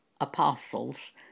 apostles